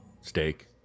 steak